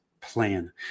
plan